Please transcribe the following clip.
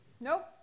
Nope